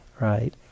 right